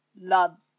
love